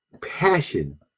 passion